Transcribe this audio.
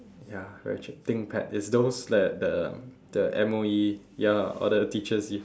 ya very cheap thinkpad is those that the the M_O_E ya lah all the teachers use